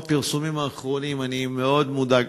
לנוכח הפרסומים האחרונים אני מאוד מודאג.